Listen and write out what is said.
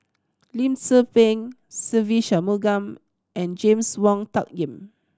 Lim Tze Peng Se Ve Shanmugam and James Wong Tuck Yim